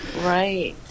Right